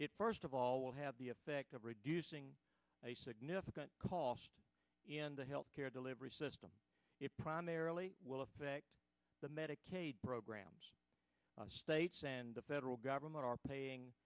it first of all will have the effect of reducing a significant cost in the health care delivery system it primarily will affect the medicaid program the states and the federal government are paying